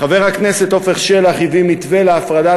חבר הכנסת עפר שלח הביא מתווה להפרדת